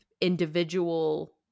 Individual